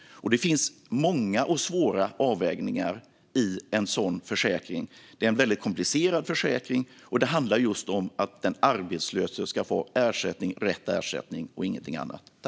Det finns många och svåra avvägningar i en sådan försäkring. Det är en väldigt komplicerad försäkring, och det handlar om att den arbetslöse ska få ersättning, rätt ersättning och ingenting annat.